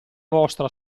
vostra